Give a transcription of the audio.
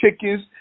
chickens